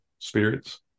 Spirits